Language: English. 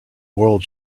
world